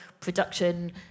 production